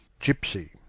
Gypsy